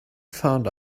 found